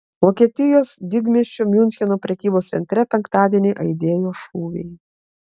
vokietijos didmiesčio miuncheno prekybos centre penktadienį aidėjo šūviai